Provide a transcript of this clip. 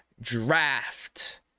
draft